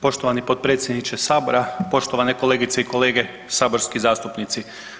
Poštovani potpredsjedniče Sabora, poštovane kolegice i kolege saborski zastupnici.